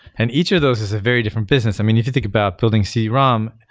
and each of those is a very different business. i mean if you think about building cd-rom,